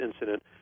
incident